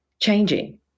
changing